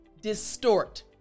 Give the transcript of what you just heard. distort